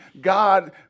God